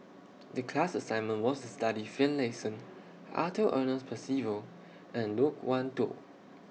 The class assignment was to study Finlayson Arthur Ernest Percival and Loke Wan Tho